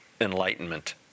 enlightenment